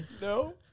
No